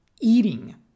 eating